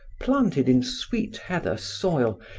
planted in sweet-heather soil,